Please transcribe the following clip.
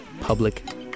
Public